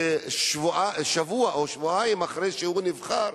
ששבוע או שבועיים אחרי שהוא נבחר